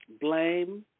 blame